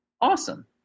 awesome